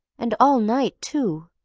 and all night too.